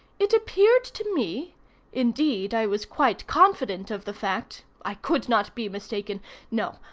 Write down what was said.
it appeared to me indeed i was quite confident of the fact i could not be mistaken no!